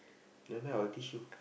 never mind I will teach you